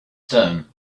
stone